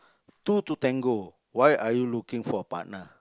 two to tango why are you looking for a partner